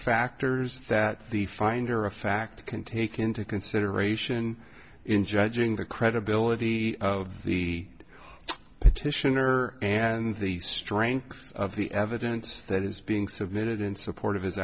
factors that the finder of fact can take into consideration in judging the credibility of the petitioner and the strength of the evidence that is being submitted in support of his